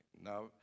Now